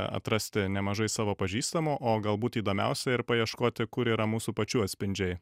atrasti nemažai savo pažįstamų o galbūt įdomiausia ir paieškoti kur yra mūsų pačių atspindžiai